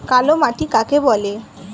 কালোমাটি কাকে বলে?